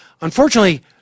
Unfortunately